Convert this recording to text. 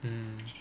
mm